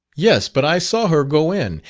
yes, but i saw her go in,